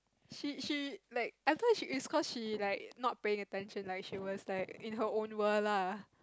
she she like I thought she is cause she like not paying attention like she was like in her own world lah